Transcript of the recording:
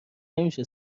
نمیشه